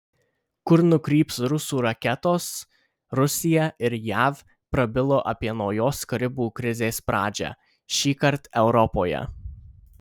kur nukryps rusų raketos rusija ir jav prabilo apie naujos karibų krizės pradžią šįkart europoje